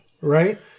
right